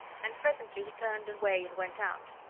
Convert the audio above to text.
and presently he turned away and went out.